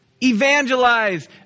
evangelize